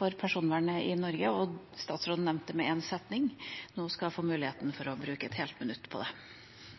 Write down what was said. for personvernet i Norge, og statsråden nevnte det med én setning. Nå skal hun få muligheten til å bruke et helt minutt på det!